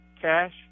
Cash